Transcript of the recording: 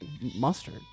mustard